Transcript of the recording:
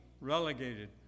relegated